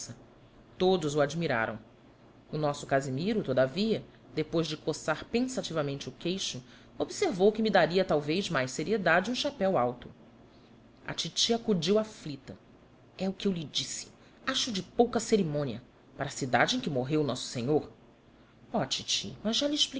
todos o admiraram o nosso casimiro todavia depois de coçar pensativamente o queixo observou que me daria talvez mais seriedade um chapéu alto a titi acudiu aflita e o que eu lhe disse acho de pouca cerimônia para a cidade em que morreu nosso senhor ó titi